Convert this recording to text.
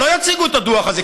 שלא יציגו את הדוח הזה,